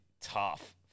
tough